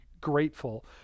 grateful